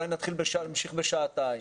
אולי נמשיך בשעתיים.